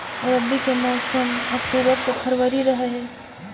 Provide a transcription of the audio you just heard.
रब्बी के मौसम अक्टूबर से फ़रवरी रह हे